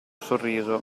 sorriso